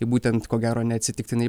būtent ko gero neatsitiktinai